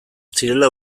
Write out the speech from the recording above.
zirela